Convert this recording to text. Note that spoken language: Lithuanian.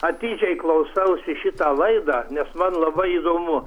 atidžiai klausausi šitą laidą nes man labai įdomu